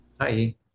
Hi